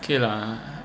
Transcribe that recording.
okay lah